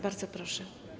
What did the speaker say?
Bardzo proszę.